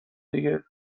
دیگه